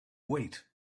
wait